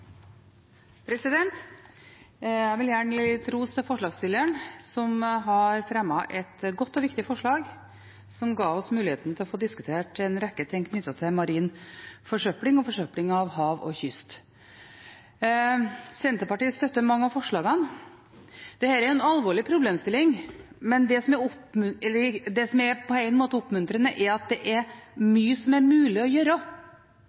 Jeg vil gjerne gi litt ros til forslagsstilleren, som har fremmet et godt og viktig forslag som ga oss muligheten til å få diskutert en rekke ting knyttet til marin forsøpling og forsøpling av hav og kyst. Senterpartiet støtter mange av forslagene. Dette er en alvorlig problemstilling, men det som på en måte er oppmuntrende, er at det er mye som er mulig å gjøre, og at mange av de tingene som er mulig å gjøre,